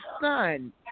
son